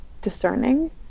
discerning